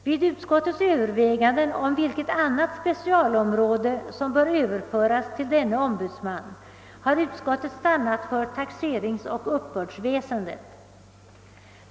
Vid utskottets överväganden om vilket annat specialområde som bör överföras till denne ombudsman har utskottet stannat för taxeringsoch uppbördsväsendet.